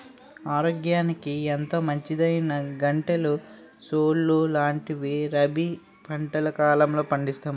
ఆరోగ్యానికి ఎంతో మంచిదైనా గంటెలు, సోలు లాంటివి రబీ పంటల కాలంలో పండిస్తాం